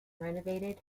renovated